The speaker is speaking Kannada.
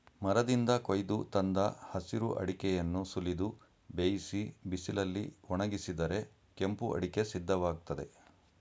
ಮರದಿಂದ ಕೊಯ್ದು ತಂದ ಹಸಿರು ಅಡಿಕೆಯನ್ನು ಸುಲಿದು ಬೇಯಿಸಿ ಬಿಸಿಲಲ್ಲಿ ಒಣಗಿಸಿದರೆ ಕೆಂಪು ಅಡಿಕೆ ಸಿದ್ಧವಾಗ್ತದೆ